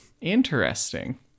Interesting